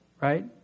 right